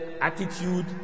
attitude